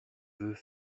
veux